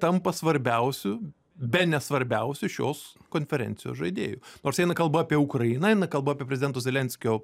tampa svarbiausiu bene svarbiausiu šios konferencijos žaidėju nors eina kalba apie ukrainą eina kalba apie prezidento zelenskio